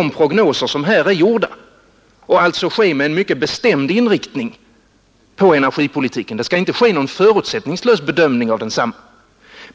i prognoser som här är gjorda och alltså med en mycket bestämd inriktning på energipolitiken. Det skall inte göras någon förutsättningslös bedömning av densamma.